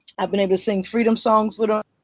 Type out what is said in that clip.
i've been able to sing freedom songs with him.